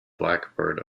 blackbird